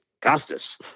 Costas